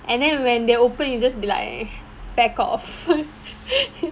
and then when they open you just be like back off